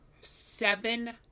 seven